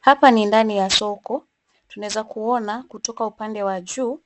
Hapa ni ndani ya soko. Tunaweza kuona kutoka upande wa juu